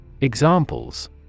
Examples